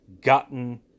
gotten